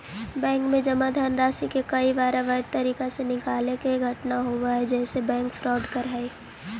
bank में जमा धनराशि के कईक बार अवैध तरीका से निकाले के घटना होवऽ हइ जेसे बैंक फ्रॉड करऽ हइ